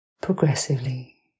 progressively